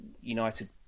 United